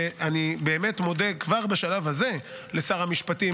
שאני באמת מודה כבר בשלב הזה לשר המשפטים